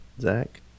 Zach